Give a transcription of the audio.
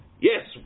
Yes